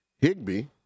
Higby